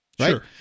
Sure